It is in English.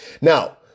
Now